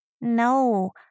No